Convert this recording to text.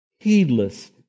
heedless